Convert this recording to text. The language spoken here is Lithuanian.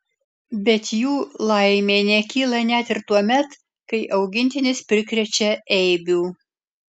bet jų laimė nekyla net ir tuomet kai augintinis prikrečia eibių